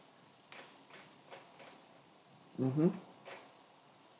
mmhmm